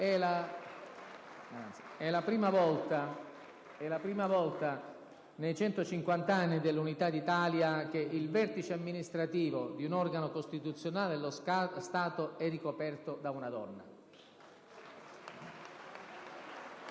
È la prima volta nei 150 anni dell'Unità d'Italia che il vertice amministrativo di un organo costituzionale dello Stato è ricoperto da una donna*.